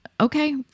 okay